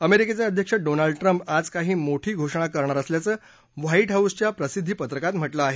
अमेरिकेचे अध्यक्ष Donald Trump आज काही मोठी घोषणा करणार असल्याचं व्हाईट हाऊसच्या प्रसिद्धी पत्रकात म्हटलं आहे